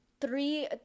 Three